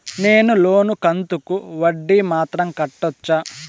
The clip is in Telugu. నేను లోను కంతుకు వడ్డీ మాత్రం కట్టొచ్చా?